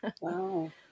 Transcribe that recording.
Wow